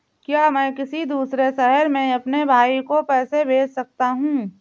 क्या मैं किसी दूसरे शहर में अपने भाई को पैसे भेज सकता हूँ?